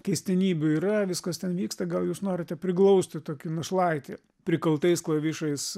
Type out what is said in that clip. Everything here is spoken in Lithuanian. keistenybių yra viskas ten vyksta gal jūs norite priglausti tokį našlaitį prikaltais klavišais